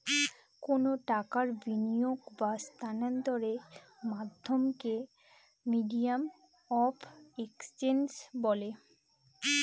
কোনো টাকার বিনিয়োগ বা স্থানান্তরের মাধ্যমকে মিডিয়াম অফ এক্সচেঞ্জ বলে